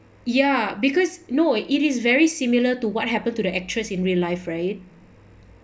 ya because no it is very similar to what happened to the actress in real life right